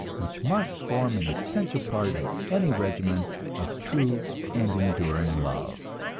which must form an essential part of any regimen of true and enduring love.